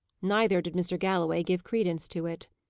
neither did mr. galloway give credence to it.